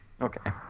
Okay